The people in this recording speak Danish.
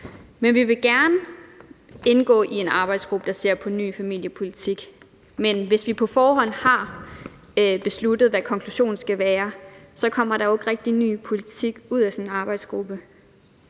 år. Vi vil gerne indgå i en arbejdsgruppe, der ser på en ny familiepolitik, men hvis vi på forhånd har besluttet, hvad konklusionen skal være, kommer der jo ikke rigtig ny politik ud af sådan en arbejdsgruppe.